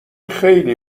خیلی